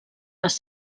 les